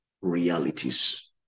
realities